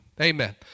Amen